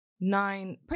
nine